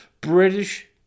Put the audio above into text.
British